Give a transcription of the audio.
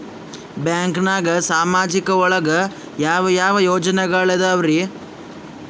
ಬ್ಯಾಂಕ್ನಾಗ ಸಾಮಾಜಿಕ ಒಳಗ ಯಾವ ಯಾವ ಯೋಜನೆಗಳಿದ್ದಾವ್ರಿ?